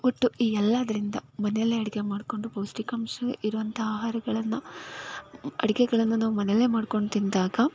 ಒಟ್ಟು ಈ ಎಲ್ಲದ್ರಿಂದ ಮನೆಯಲ್ಲಿಯೇ ಅಡುಗೆ ಮಾಡಿಕೊಂಡು ಪೌಷ್ಠಿಕಾಂಶ ಇರುವಂಥ ಆಹಾರಗಳನ್ನು ಅಡುಗೆಗಳನ್ನು ನಾವು ಮನೆಯಲ್ಲಿಯೇ ಮಾಡ್ಕೊಂಡು ತಿಂದಾಗ